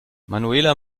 manuela